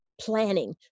planning